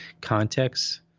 context